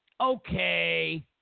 okay